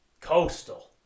Coastal